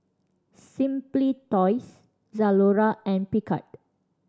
Simply Toys Zalora and Picard